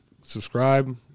subscribe